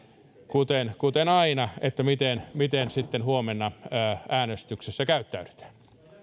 kuten kuten aina että miten miten sitten huomenna äänestyksessä käyttäydytään